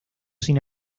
sin